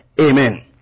Amen